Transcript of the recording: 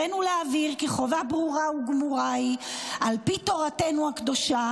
הרינו להבהיר כי חובה ברורה וגמורה היא על פי תורתנו הקדושה